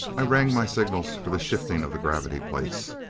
i rang my signals for the shifting of the gravity plates.